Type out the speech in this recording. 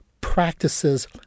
practices